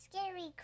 scary